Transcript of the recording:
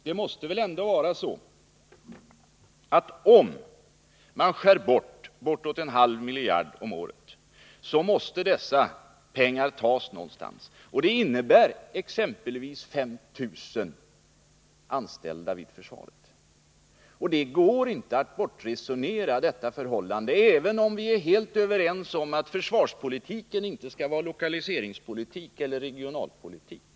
Det är väl ändå så, Hans Gustafsson, att om man skär bort ungefär en halv miljard om året måste detta få återverkningar någonstans. Det innebär exempelvis att 5000 anställda vid försvaret drabbas. Det går inte att bortresonera detta förhållande, även om vi är helt överens om att försvarspolitiken inte skall vara lokaliseringspolitik eller regionalpolitik.